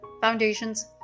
foundations